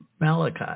Malachi